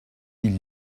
ils